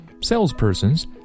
salespersons